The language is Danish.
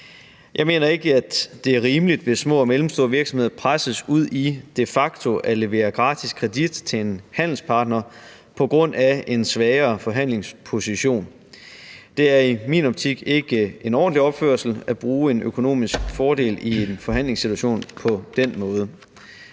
Jeg mener ikke, at det er rimeligt, hvis små og mellemstore virksomheder presses ud i de facto at levere gratis kredit til en handelspartner på grund af en svagere forhandlingsposition. Det er i min optik ikke en ordentlig opførsel at bruge en økonomisk fordel i en forhandlingssituation på den måde.